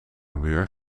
muur